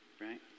right